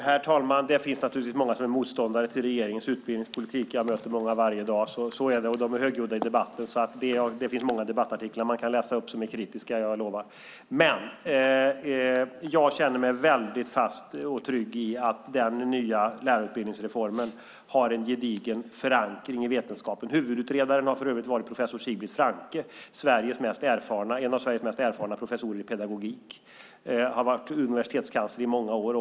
Herr talman! Det finns naturligtvis många som är motståndare till regeringens utbildningspolitik. Jag möter många varje dag, och de är högljudda i debatten. Det finns många debattartiklar som är kritiska som man kan läsa upp. Men jag känner mig väldigt fast och trygg i att den nya lärarutbildningsreformen har en gedigen förankring i vetenskapen. Huvudutredaren har för övrigt varit professor Sigbrit Franke. Hon är en av Sveriges mest erfarna professorer i pedagogik och har varit universitetskansler i många år.